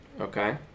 okay